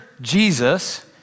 Jesus